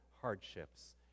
hardships